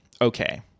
okay